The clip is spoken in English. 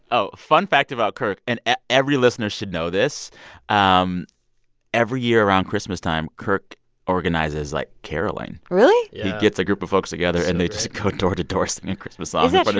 oh, fun fact about kirk and every listener should know this um every year around christmastime, kirk organizes, like, carolling really? yeah he gets a group of folks together. and they just go door to door singing christmas songs yeah but